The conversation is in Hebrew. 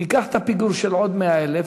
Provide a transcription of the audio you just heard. ניקח את הפיגור של עוד 100,000,